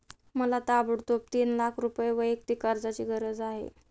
मला ताबडतोब तीन लाख रुपये वैयक्तिक कर्जाची गरज आहे